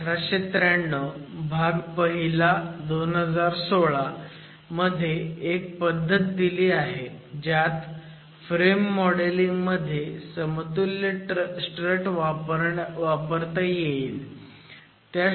IS 1893 भाग पहिला 2016 मध्ये एक पद्धत दिली आहे ज्यात फ्रेम मॉडेल िंग मध्ये समतुल्य स्ट्रट वापरता येईल